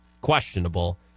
questionable